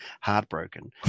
heartbroken